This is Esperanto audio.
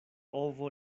ovo